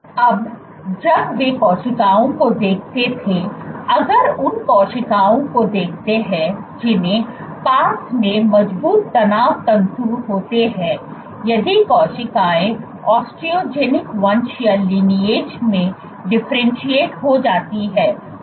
अब जब वे कोशिकाओं को देखते थे अगर उन कोशिकाओं को देखते हैं जिनके पास में मजबूत तनाव तंतु होते हैं यदि कोशिकाएं ऑस्टियोजेनिक वंश में डिफरेंटशिएट हो जाती है